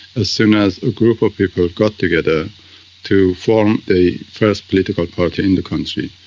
as soon as a group of people got together to form a first political party in the country,